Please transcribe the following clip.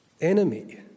enemy